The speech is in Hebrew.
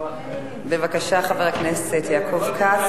בבקשה, חבר הכנסת יעקב כץ.